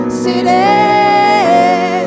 city